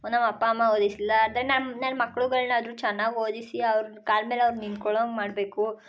ಒಂದು ನಮ್ಮಪ್ಪ ಅಮ್ಮ ಓದಿಸಲಿಲ್ಲ ಅಂದರೆ ನಮ್ಮ ನನ್ನ ಮಕ್ಕಳುಗಳ್ನಾದ್ರು ಚೆನ್ನಾಗಿ ಓದಿಸಿ ಅವ್ರ ಕಾಲ ಮೇಲೆ ಅವ್ರು ನಿಂತ್ಕೊಳೋಂಗೆ ಮಾಡಬೇಕು